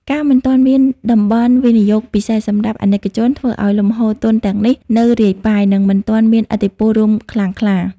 ការមិនទាន់មាន "តំបន់វិនិយោគពិសេសសម្រាប់ អាណិកជន" ធ្វើឱ្យលំហូរទុនទាំងនេះនៅរាយប៉ាយ និងមិនទាន់មានឥទ្ធិពលរួមខ្លាំងក្លា។